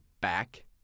back